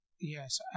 Yes